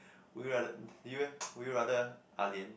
would you rather you eh would you rather ah lian